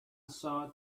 saw